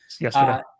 Yes